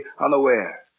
unaware